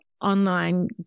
online